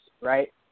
right